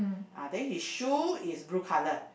ah then his shoe is blue colour